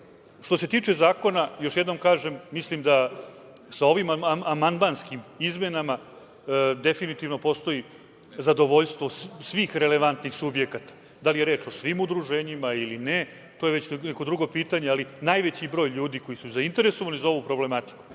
se tiče zakona, još jednom kažem, mislim da sa ovim amandmanskim izmenama definitivno postoji zadovoljstvo svih relevantnih subjekata. Da li je reč o svim udruženjima ili ne, to je već neko drugo pitanje, ali najveći broj ljudi koji su zainteresovani za ovu problematiku,